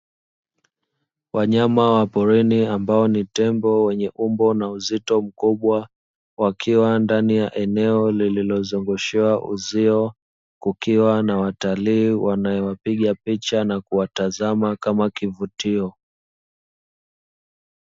Wanyama wa porini ambao ni tembo wenye umbo na uzito mkubwa, wakiwa ndani ya eneo lililozungushiwa uzio, kukiwa na watalii wanaowapiga picha na kuwatazama kama kivutio.